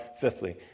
fifthly